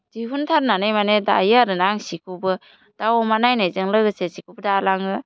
दिहुनथारनानै माने दायो आरो ना आं सिखौबो दाव अमा नायनायजों लोगोसे जिखौबो दालाङो